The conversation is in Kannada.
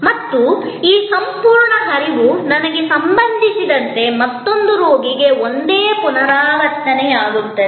ಮತ್ತು ಈ ಸಂಪೂರ್ಣ ಹರಿವು ನನಗೆ ಸಂಭವಿಸಿದಂತೆ ಮತ್ತೊಂದು ರೋಗಿಗೆ ಒಂದೇ ರೀತಿ ಪುನರಾವರ್ತನೆಯಾಗುತ್ತದೆ